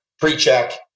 pre-check